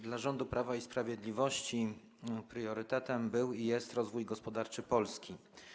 Dla rządu Prawa i Sprawiedliwości priorytetem był i jest rozwój gospodarczy Polski.